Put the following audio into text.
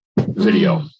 video